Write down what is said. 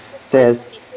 says